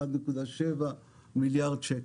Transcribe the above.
1.7 מיליארד שקל.